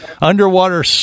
underwater